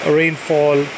rainfall